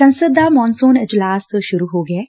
ਸੰਸਦ ਦਾ ਮੌਨਸੂਨ ਇਜਲਾਸ ਸੁਰੂ ਹੋ ਗਿਐ